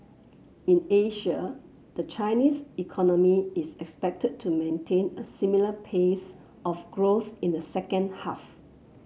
in Asia the Chinese economy is expected to maintain a similar pace of growth in the second half